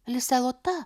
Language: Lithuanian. lisė lota